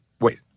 Wait